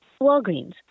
Walgreens